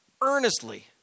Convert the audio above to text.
earnestly